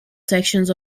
sections